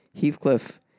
Heathcliff